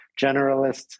Generalists